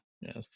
Yes